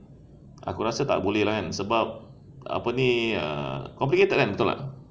aku rasa tak boleh kan sebab apa ni uh complicated kan betul tak